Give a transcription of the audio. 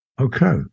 Okay